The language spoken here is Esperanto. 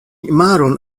maron